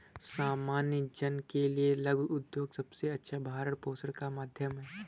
सामान्य जन के लिये लघु उद्योग सबसे अच्छा भरण पोषण का माध्यम है